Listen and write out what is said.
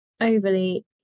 overly